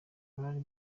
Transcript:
bari